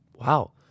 wow